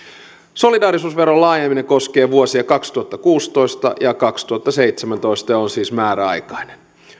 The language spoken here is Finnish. solidaarisuusveron laajeneminen koskee vuosia kaksituhattakuusitoista ja kaksituhattaseitsemäntoista ja on siis määräaikainen